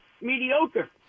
mediocre